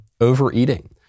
overeating